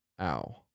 ow